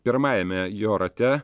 pirmajame jo rate